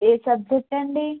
ఏ subject అండి